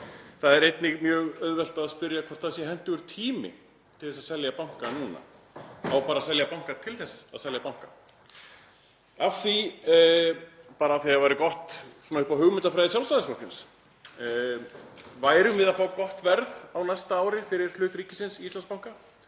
Það er einnig mjög auðvelt að spyrja hvort það sé hentugur tími til að selja banka núna. Á bara að selja banka til þess að selja banka, bara af því að það væri gott upp á hugmyndafræði Sjálfstæðisflokksins? Værum við að fá gott verð á næsta ári fyrir hlut ríkisins í Íslandsbanka?